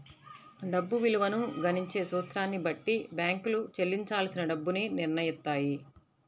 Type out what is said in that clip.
డబ్బు విలువను గణించే సూత్రాన్ని బట్టి బ్యేంకులు చెల్లించాల్సిన డబ్బుని నిర్నయిత్తాయి